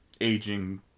aging